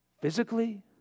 physically